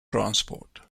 transport